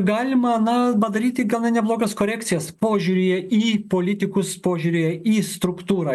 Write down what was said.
galima na padaryti gana neblogas korekcijas požiūryje į politikus požiūryje į struktūrą